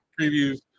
previews